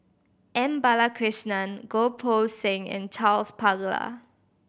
M Balakrishnan Goh Poh Seng and Charles Paglar